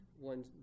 One